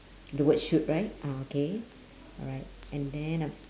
the word shoot right uh okay alright and then a